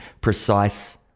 precise